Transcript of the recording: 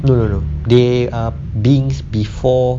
no no no they are beings before